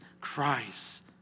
Christ